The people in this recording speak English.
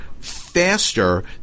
faster